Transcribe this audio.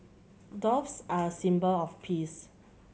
doves are a symbol of peace